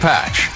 Patch